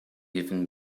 even